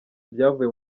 ibyavuye